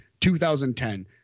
2010